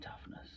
toughness